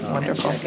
Wonderful